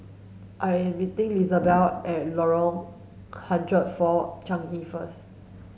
I am meeting Lizabeth at Lorong hundred four Changi first